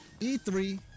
E3